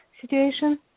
situation